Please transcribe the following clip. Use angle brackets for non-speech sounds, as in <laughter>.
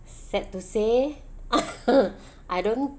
sad to say <laughs> I don't